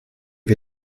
wir